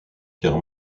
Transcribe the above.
car